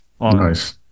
Nice